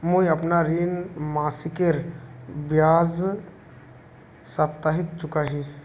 मुईअपना ऋण मासिकेर बजाय साप्ताहिक चुका ही